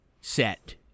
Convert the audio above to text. set